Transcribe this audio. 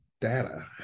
data